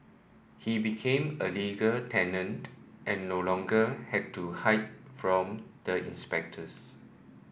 he became a legal tenant and no longer had to hide from the inspectors